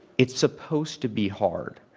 it's supposed to be hard.